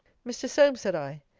mr. solmes, said i,